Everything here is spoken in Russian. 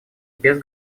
без